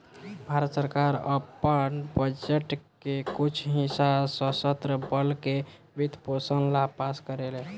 भारत सरकार आपन बजट के कुछ हिस्सा सशस्त्र बल के वित्त पोषण ला पास करेले